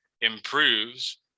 improves